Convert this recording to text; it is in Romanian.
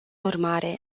urmare